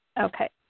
Okay